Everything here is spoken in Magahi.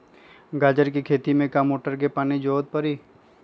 गाजर के खेती में का मोटर के पानी के ज़रूरत परी?